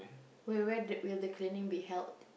where where the will the cleaning be held